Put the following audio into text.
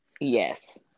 Yes